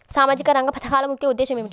సామాజిక రంగ పథకాల ముఖ్య ఉద్దేశం ఏమిటీ?